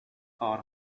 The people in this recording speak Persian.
کار